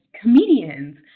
comedians